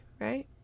right